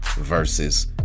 versus